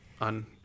on